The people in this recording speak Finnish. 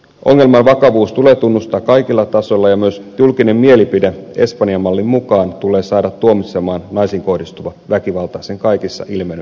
ongelman vakavuus tulee tunnustaa kaikilla tasoilla ja myös julkinen mielipide espanjan mallin mukaan tulee saada tuomitsemaan naisiin kohdistuva väkivalta sen kaikissa ilmenemismuodoissa